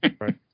Right